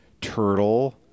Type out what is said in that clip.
turtle